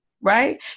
right